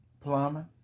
Plumbing